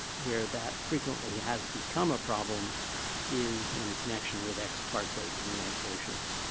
where that frequently has become a problem is in connection with ex parte communications.